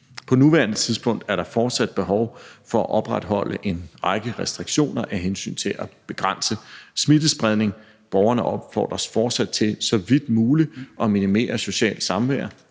På nuværende tidspunkt er der fortsat behov for at opretholde en række restriktioner af hensyn til at begrænse smittespredning. Borgerne opfordres fortsat til så vidt muligt at minimere socialt samvær,